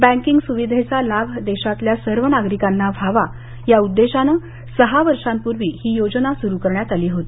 banking सुविधेचा लाभ देशातल्या सर्व नागरिकांना व्हावा या उद्देशानं सहा वर्षांपूर्वी ही योजना सुरू करण्यात आली होती